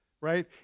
right